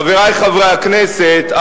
חברי חברי הכנסת,